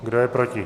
Kdo je proti?